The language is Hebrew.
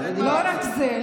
לא רק זה,